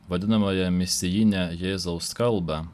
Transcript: vadinamąją misijinę jėzaus kalbą